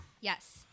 Yes